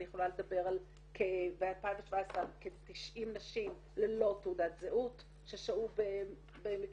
ב-2017 אני יכולה לדבר על כ-90 נשים ללא תעודת זהות ששהו במקלטים,